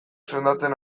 sendatzen